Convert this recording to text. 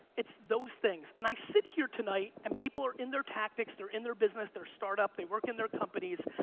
it's those things. and i sit here tonight, and people are in their tactics, they're in their business, their startup, they work in their companies,